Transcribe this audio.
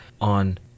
on